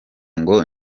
ngo